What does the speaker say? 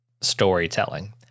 storytelling